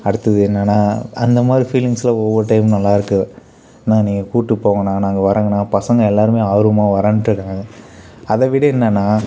அடுத்தது என்னென்னா அந்தமாதிரி ஃபீலிங்ஸில் ஒவ்வொரு டைமு நல்லா இருக்கு அண்ணேன் நீங்கள் கூப்பிட்டு போங்கண்ணா நாங்கள் வரங்கண்ணா பசங்க எல்லாருமே ஆர்வமாக வரன்ட்ருக்காங்க அதைவிட என்னென்னா